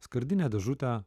skardinę dėžutę